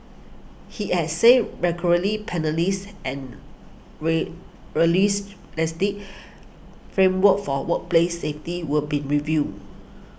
he had said and ray framework for workplace safety were being reviewed